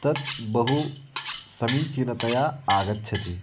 तद् बहु समीचीनतया आगच्छति